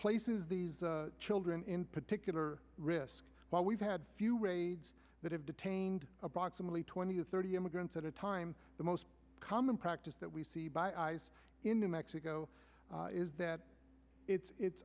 places these children in particular risk while we've had a few raids that have detained approximately twenty or thirty immigrants at a time the most common practice that we see by eyes into mexico is that it's